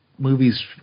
movies